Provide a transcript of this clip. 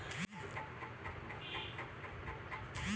मैंने अपने घर का उपयोग ऋण संपार्श्विक के रूप में किया है